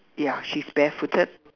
ya she's barefooted